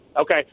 Okay